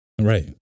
Right